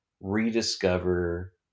rediscover